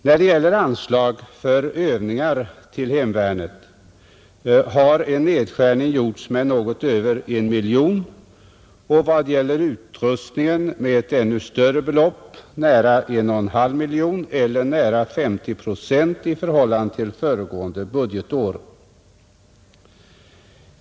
När det gäller anslag för övningar till hemvärnet har en nedskärning gjorts med något över 1 miljon och vad gäller utrustningen med ett ännu större belopp, nära 1,5 miljon, eller nära 50 procent i förhållande till anslaget under föregående budgetår.